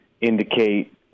indicate